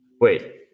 Wait